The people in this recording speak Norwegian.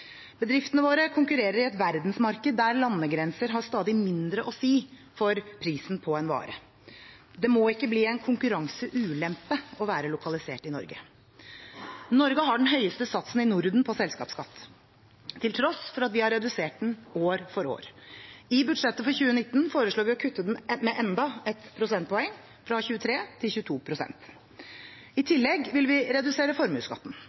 Bedriftene våre konkurrerer i et verdensmarked der landegrenser har stadig mindre å si for prisen på en vare. Det må ikke bli en konkurranseulempe å være lokalisert i Norge. Norge har den høyeste satsen i Norden på selskapsskatt, til tross for at vi har redusert den år for år. I budsjettet for 2019 foreslår vi å kutte den med enda ett prosentpoeng, fra 23 til 22 pst. I tillegg vil vi redusere formuesskatten,